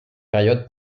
période